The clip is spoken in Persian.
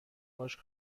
باهاش